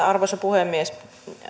arvoisa puhemies